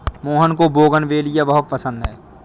मोहन को बोगनवेलिया बहुत पसंद है